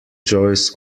joys